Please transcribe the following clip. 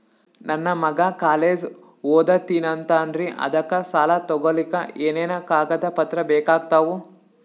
ನನ್ನ ಮಗ ಕಾಲೇಜ್ ಓದತಿನಿಂತಾನ್ರಿ ಅದಕ ಸಾಲಾ ತೊಗೊಲಿಕ ಎನೆನ ಕಾಗದ ಪತ್ರ ಬೇಕಾಗ್ತಾವು?